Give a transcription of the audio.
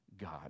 God